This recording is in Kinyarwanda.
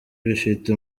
bifite